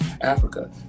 Africa